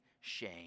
shame